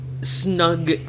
snug